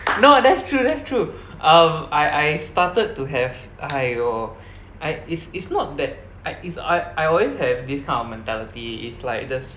no that's true that's true um I I started to have !aiyo! I it's it's not that I is I I always have this kind of mentality is like just